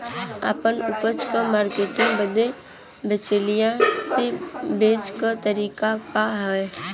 आपन उपज क मार्केटिंग बदे बिचौलियों से बचे क तरीका का ह?